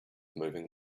moving